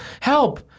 Help